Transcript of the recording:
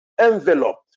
enveloped